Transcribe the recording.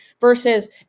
versus